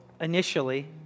initially